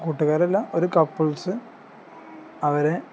കൂട്ടുകാരല്ല ഒരു കപ്പിൾസ് അവരെ